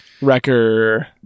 Wrecker